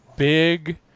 big